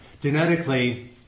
genetically